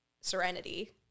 serenity